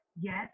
yes